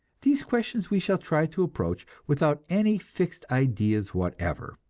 these questions we shall try to approach without any fixed ideas whatever.